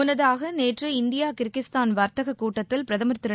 முன்னதாக நேற்று India Kyrgyzstan வர்த்தக கூட்டத்தில் பிரதமர் திரு